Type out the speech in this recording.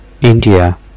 India